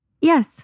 Yes